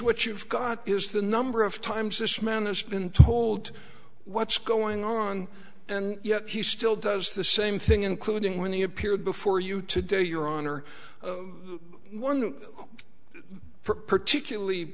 what you've got is the number of times this man has been told what's going on and yet he still does the same thing including when he appeared before you today your honor one particularly